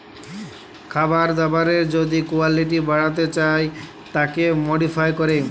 খাবার দাবারের যদি কুয়ালিটি বাড়াতে চায় তাকে মডিফাই ক্যরে